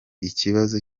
ikibazo